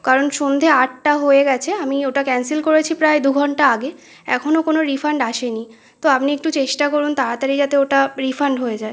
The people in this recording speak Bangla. কারণ সন্ধে আটটা হয়ে গিয়েছে আমি ওটা ক্যান্সেল করেছি প্রায় দু ঘণ্টা আগে এখনো কোনো রিফান্ড আসেনি তো আপনি একটু চেষ্টা করুন তাড়াতাড়ি যাতে ওটা রিফান্ড হয়ে যায়